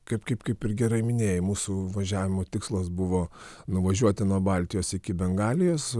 kaip kaip kaip ir gerai minėjai mūsų važiavimo tikslas buvo nuvažiuoti nuo baltijos iki bengalijos